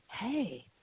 hey